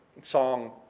song